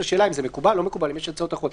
לשאלה האם זה מקובל או לא מקובל ואם יש הצעות אחרות.